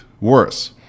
worse